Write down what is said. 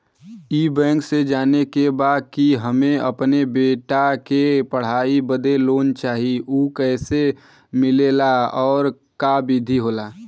ई बैंक से जाने के बा की हमे अपने बेटा के पढ़ाई बदे लोन चाही ऊ कैसे मिलेला और का विधि होला?